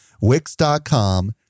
Wix.com